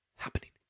happening